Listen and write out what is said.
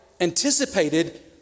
anticipated